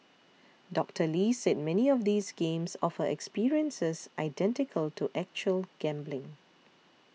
Doctor Lee said many of these games offer experiences identical to actual gambling